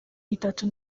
itatu